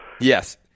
Yes